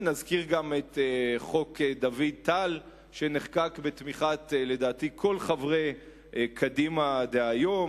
נזכיר גם את חוק דוד טל שנחקק בתמיכת לדעתי כל חברי קדימה דהיום,